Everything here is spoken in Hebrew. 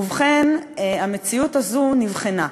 ובכן, המציאות הזאת נבחנה.